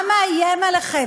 מה מאיים עליכם?